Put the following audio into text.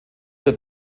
der